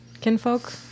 kinfolk